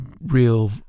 real